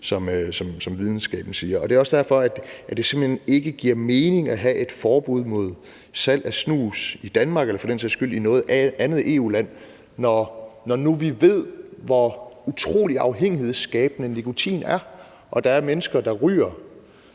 som videnskaben siger, og det er også derfor, at det simpelt hen ikke giver mening at have et forbud mod salg af snus i Danmark eller for den sags skyld i noget andet EU-land. Når nu vi ved, hvor utrolig afhængighedsskabende nikotin er, og hvis de mennesker, der ryger,